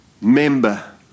member